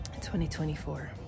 2024